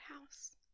House